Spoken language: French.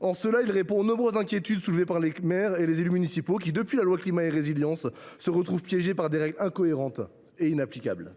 En cela, il répond aux nombreuses inquiétudes soulevées par les maires et les élus municipaux qui, depuis la loi Climat et Résilience, se retrouvent piégés par des règles incohérentes et inapplicables.